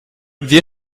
wir